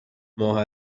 ماه